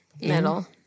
Middle